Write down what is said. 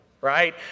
right